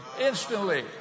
instantly